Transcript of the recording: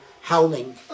howling